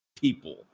people